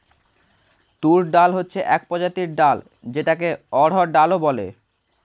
তুর ডাল হচ্ছে এক প্রজাতির ডাল যেটাকে অড়হর ডাল ও বলে